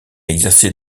exercer